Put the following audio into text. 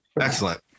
Excellent